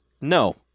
no